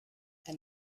and